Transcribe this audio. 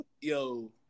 Yo